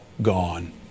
gone